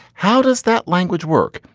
how does that language work?